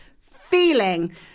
feeling